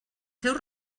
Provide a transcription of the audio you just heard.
seus